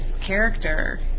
character